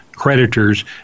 Creditors